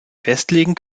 festlegen